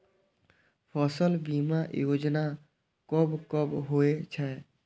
फसल बीमा योजना कब कब होय छै?